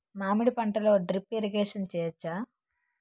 మామిడి పంటలో drip irrigation చేయచ్చా?